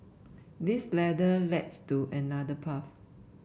this ladder leads to another path